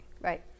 Right